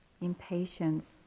impatience